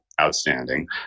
outstanding